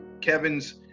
kevin's